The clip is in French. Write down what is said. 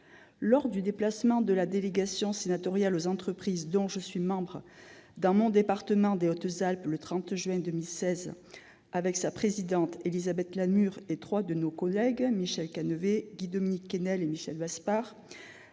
Lors du déplacement de la délégation sénatoriale aux entreprises, dont je suis membre, dans mon département des Hautes-Alpes le 30 juin 2016, avec sa présidente Élisabeth Lamure et nos trois collègues Michel Canevet, Guy-Dominique Kennel et Michel Vaspart,